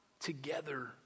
together